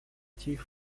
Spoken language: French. tige